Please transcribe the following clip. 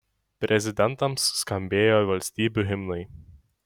prezidentams skambėjo valstybių himnai